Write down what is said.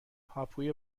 هاپوی